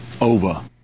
over